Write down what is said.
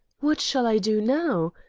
what shall i do now?